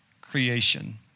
creation